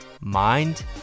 mind